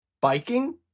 biking